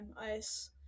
Ice